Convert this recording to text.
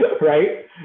right